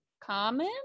common